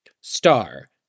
Star